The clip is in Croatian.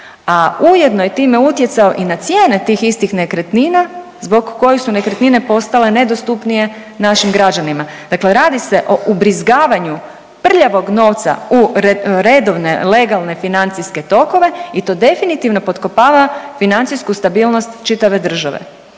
a ujedno je time utjecao i na cijene tih istih nekretnina zbog kojih su nekretnine postale nedostupnije našim građanima, dakle radi se o ubrizgavanju prljavog novca u redovne legalne financijske tokove i to definitivno potkopava financijsku stabilnost čitave države,